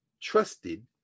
trusted